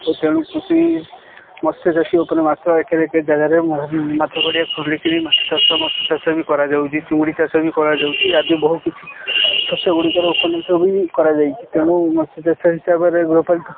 ଓ ତେଣୁ କୃଷି ମତ୍ସ୍ୟ ଚାଷୀ ଉପରେ ମାଛ ଏକେରେ ଏକେ ଜାଗାରେ ମାଛ ଗଡ଼ିଆ ଖୋଲିକିରି ମାଛ ଚାଷ ମାଛ ଚାଷ ବି କରାଯାଉଛି ଚୁଡ଼ି ଚାଷ ବି କରାଯାଉଛି ଆଦି ବହୁ କିଛି ଶସ୍ୟ ଗୁଡ଼ିକର ଉପନ୍ୟାସ ବି କରାଯାଇଛି ତେଣୁ ମତ୍ସ୍ୟ ଚାଷ ହିସାବରେ ଗୃହପାଳିତ